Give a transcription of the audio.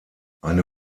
eine